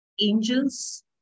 angels